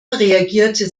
reagierte